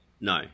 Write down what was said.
No